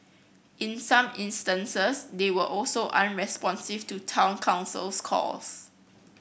in some instances they were also unresponsive to Town Council's calls